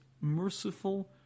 merciful